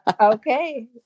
Okay